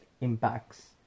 impacts